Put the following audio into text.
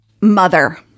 mother